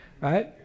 Right